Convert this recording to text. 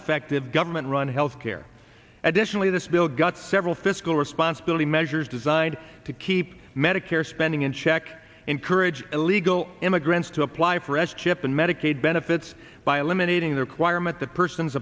effective government run health care additionally this bill got several fiscal responsibility measures designed to keep medicare spending in check encourage illegal immigrants to apply pressure to chip in medicaid benefits by eliminating the requirement that person